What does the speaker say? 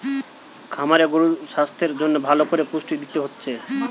খামারে গরুদের সাস্থের জন্যে ভালো কোরে পুষ্টি দিতে হচ্ছে